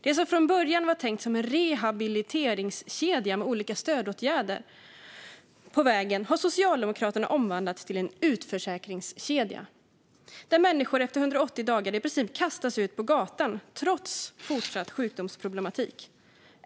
Det som från början var tänkt som en rehabiliteringskedja med olika stödåtgärder på vägen har Socialdemokraterna omvandlat till en utförsäkringskedja där människor efter 180 dagar i princip kastas ut på gatan trots fortsatt sjukdomsproblematik.